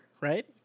right